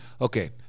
Okay